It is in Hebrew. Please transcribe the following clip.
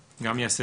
מקודם.